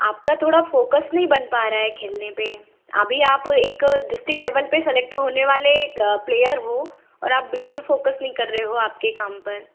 आपका थोड़ा फ़ोकस नहीं बन पा रहा है खेलने पर अभी आप एक डिस्टिक लेवल पर सेलेक्ट होने वाले एक प्लेयर हो और आप बिल्कुल फ़ोकस नहीं कर रहे हो आपके काम पर